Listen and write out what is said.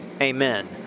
Amen